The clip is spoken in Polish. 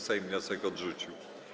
Sejm wniosek odrzucił.